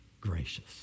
gracious